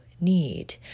need